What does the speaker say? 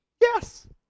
Yes